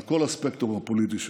על כל הספקטרום הפוליטי שלה: